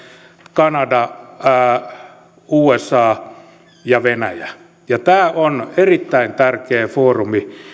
kanadalle usalle ja venäjälle tämä on erittäin tärkeä foorumi